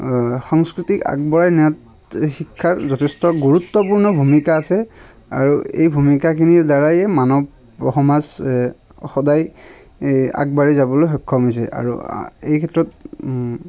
সংস্কৃতিক আগবঢ়াই নিয়াত শিক্ষাৰ যথেষ্ট গুৰুত্বপূৰ্ণ ভূমিকা আছে আৰু এই ভূমিকাখিনিৰ দ্বাৰায়ে মানৱ সমাজ সদায় এই আগবাঢ়ি যাবলৈ সক্ষম হৈছে আৰু এই ক্ষেত্ৰত